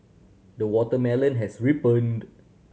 the watermelon has ripened